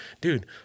dude